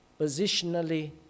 positionally